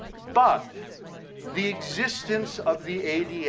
but the existence of the ada, yeah